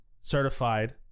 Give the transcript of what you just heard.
certified